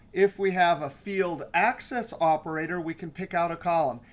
if we have a field access operator, we can pick out a column.